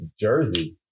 Jersey